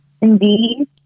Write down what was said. Indeed